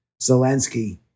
Zelensky